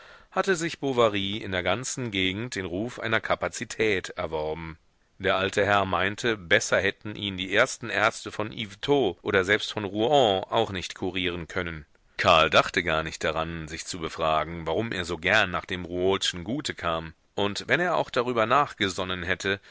hatte sich bovary in der ganzen gegend den ruf einer kapazität erworben der alte herr meinte besser hätten ihn die ersten ärzte von yvetot oder selbst von rouen auch nicht kurieren können karl dachte gar nicht daran sich zu befragen warum er so gern nach dem rouaultschen gute kam und wenn er auch darüber nachgesonnen hätte